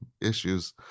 issues